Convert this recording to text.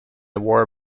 war